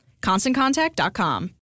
ConstantContact.com